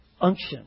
unction